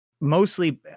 mostly